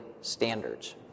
Standards